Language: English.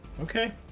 Okay